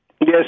Yes